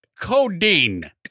codeine